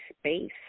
space